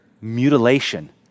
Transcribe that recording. mutilation